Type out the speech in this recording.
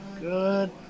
Good